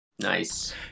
Nice